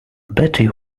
betty